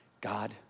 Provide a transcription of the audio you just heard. God